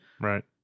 Right